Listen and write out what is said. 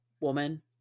woman